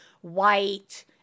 white